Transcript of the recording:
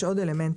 יש עוד אלמנטים,